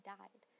died